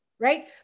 right